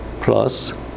plus